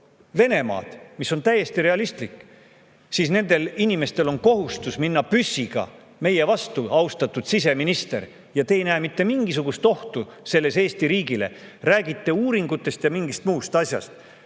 Venemaad – see on täiesti realistlik –, siis nendel inimestel on kohustus tulla püssiga meie vastu, austatud siseminister. Ja teie ei näe selles mitte mingisugust ohtu Eesti riigile, räägite uuringutest ja mingitest muudest asjadest.